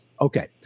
Okay